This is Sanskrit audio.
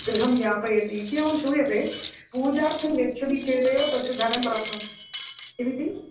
गृहं यापयति इत्येवं श्रूयते पूजार्थं गच्छति चेदेव तस्य धनं प्राप्नोति किमिति